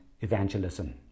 evangelism